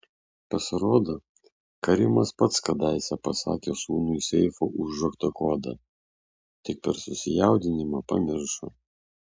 pasirodo karimas pats kadaise pasakė sūnui seifo užrakto kodą tik per susijaudinimą pamiršo